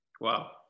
Wow